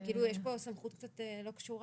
יש פה סמכות קצת לא קשורה.